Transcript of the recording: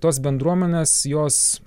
tos bendruomenės jos